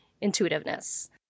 intuitiveness